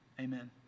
amen